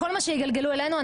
כל מה שיגלגלו אלינו,